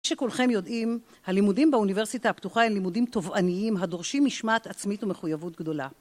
כמו שכולכם יודעים, הלימודים באוניברסיטה הפתוחה הם לימודים תובעניים הדורשים משמעת עצמית ומחויבות גדולה.